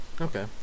Okay